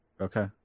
Okay